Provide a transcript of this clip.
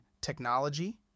technology